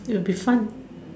it'll be fun